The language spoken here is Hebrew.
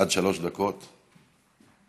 עד שלוש דקות לרשותך.